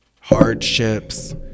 hardships